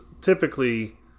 typically